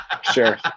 sure